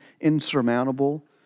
insurmountable